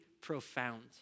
profound